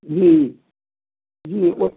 जी जी